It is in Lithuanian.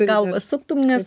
galvą suktume nes